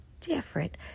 different